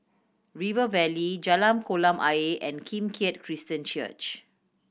River Valley Jalan Kolam Ayer and Kim Keat Christian Church